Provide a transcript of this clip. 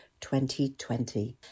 2020